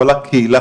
כל הקהילה,